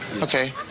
Okay